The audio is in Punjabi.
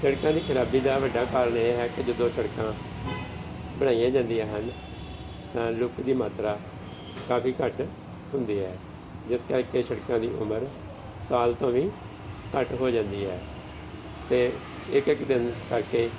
ਸੜਕਾਂ ਦੀ ਖਰਾਬੀ ਦਾ ਵੱਡਾ ਕਾਰਨ ਇਹ ਹੈ ਕਿ ਜਦੋਂ ਸੜਕਾਂ ਬਣਾਈਆਂ ਜਾਂਦੀਆਂ ਹਨ ਤਾਂ ਲੁੱਕ ਦੀ ਮਾਤਰਾ ਕਾਫੀ ਘੱਟ ਹੁੰਦੀ ਹੈ ਜਿਸ ਕਰਕੇ ਸੜਕਾਂ ਦੀ ਉਮਰ ਸਾਲ ਤੋਂ ਵੀ ਘੱਟ ਹੋ ਜਾਂਦੀ ਹੈ ਅਤੇ ਇੱਕ ਇੱਕ ਦਿਨ ਕਰਕੇ